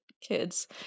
kids